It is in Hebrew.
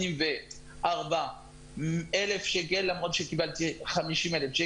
384,000 שקל למרות שקיבלתי 50,000,